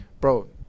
bro